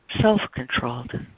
self-controlled